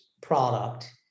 product